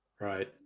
Right